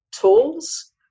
tools